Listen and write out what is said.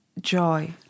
joy